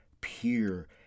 pure